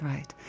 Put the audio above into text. Right